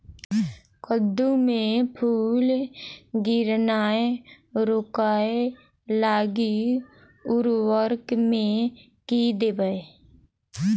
कद्दू मे फूल गिरनाय रोकय लागि उर्वरक मे की देबै?